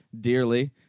dearly